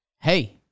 hey